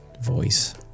voice